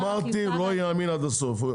אמרתי שלא יהיה אמין עד הסוף.